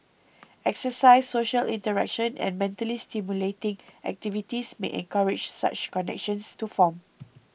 exercise social interaction and mentally stimulating activities may encourage such connections to form